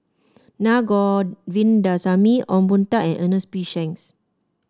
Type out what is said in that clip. Na Govindasamy Ong Boon Tat and Ernest P Shanks